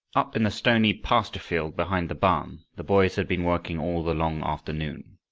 up in the stony pasture-field behind the barn the boys had been working all the long afternoon.